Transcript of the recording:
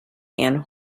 and